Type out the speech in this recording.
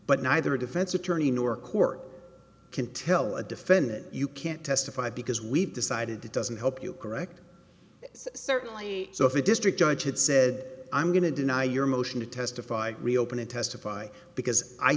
but neither a defense attorney nor court can tell a defendant you can't testify because we've decided it doesn't help you correct certainly so if the district judge had said i'm going to deny your motion to testify reopen and testify because i